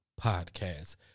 podcast